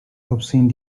obscene